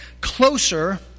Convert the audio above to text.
closer